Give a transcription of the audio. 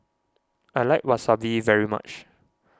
I like Wasabi very much